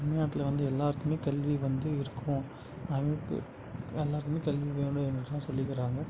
தமிழ்நாட்ல வந்து எல்லோருக்குமே கல்வி வந்து இருக்கும் அமைப்பு எல்லோருக்குமே கல்வி வேணும் என்று தான் சொல்லிக்கிறாங்க